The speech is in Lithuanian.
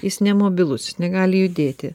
jis ne mobilus jis negali judėti